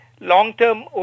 long-term